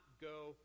go